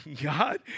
God